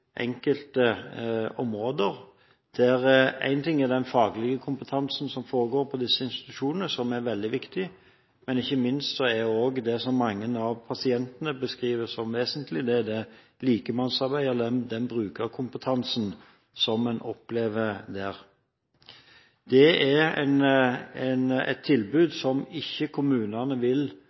enkelte områder, der én ting er den faglige kompetansen som foregår på disse institusjonene, som er veldig viktig, men ikke minst også det som mange av pasientene beskriver som vesentlig, det likemannsarbeidet eller den brukerkompetansen som en opplever der. Det er et tilbud som kommunene ikke vil